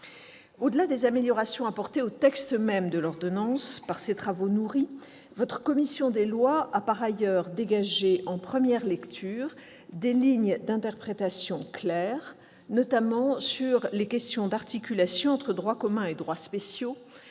au-delà des améliorations apportées au texte même de l'ordonnance, votre commission des lois, par ses travaux nourris, a dégagé en première lecture des lignes d'interprétation claires, notamment sur les questions d'articulation entre le droit commun et les droits spéciaux